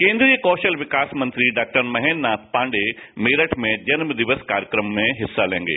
केंद्रीय कौशल विकास मंत्री डॉ महेंद्र नाथ पांडे मेरठ में जन्मदिवस कार्यक्रम में हिस्सा लेंगे